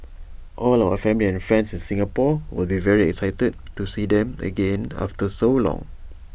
all our family and friends in Singapore will be very excited to see them again after so long